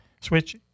Switch